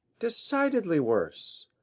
decidedly worse.